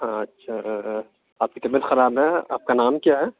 ہاں اچھا آپ کی طبیعت خراب ہے آپ کا نام کیا ہے